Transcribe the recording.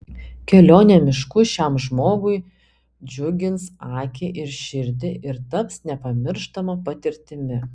kelionė mišku šiam žmogui džiugins akį ir širdį ir taps nepamirštama patirtimi